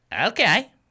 Okay